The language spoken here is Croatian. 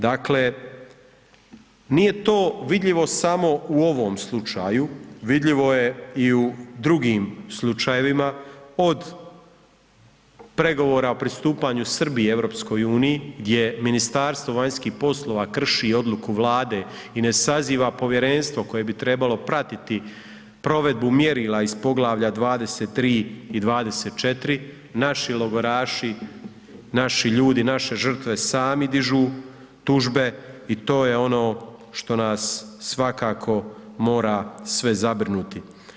Dakle, nije to vidljivo samo u ovom slučaju, vidljivo je i u drugim slučajevima od pregovora o pristupanju Srbije EU gdje Ministarstvo vanjskih poslova krši odluku Vlade i ne saziva povjerenstvo koje bi trebalo pratiti provedbu mjerila iz Poglavalja 23. i 24., naši logoraši, naši ljudi, naše žrtve sami dižu tužbe i to je ono što nas svakako mora sve zabrinuti.